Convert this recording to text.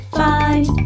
find